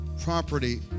property